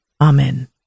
Amen